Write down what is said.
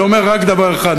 זה אומר רק דבר אחד,